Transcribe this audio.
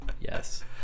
yes